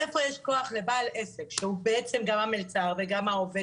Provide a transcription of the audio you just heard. איפה יש כוח לבעל עסק שהוא בעצם גם המלצר וגם העובד,